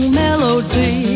melody